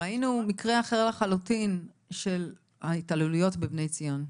ראינו מקרה אחר לחלוטין של ההתעללויות בבני ציון,